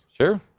Sure